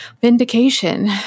Vindication